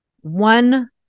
one